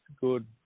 good